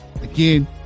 Again